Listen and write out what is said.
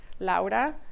Laura